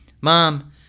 Mom